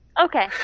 Okay